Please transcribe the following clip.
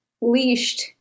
leashed